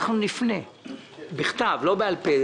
ח"כ פורר,